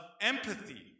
empathy